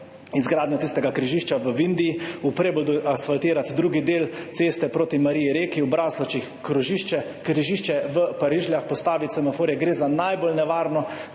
izgradnjo tistega križišča v Vindiji, v Preboldu asfaltirati drugi del ceste proti Mariji Reki, v Braslovčah križišče, v Parižljah postaviti semaforje, gre za najbolj nevarno